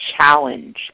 challenge